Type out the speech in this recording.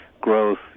growth